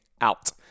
out